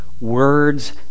words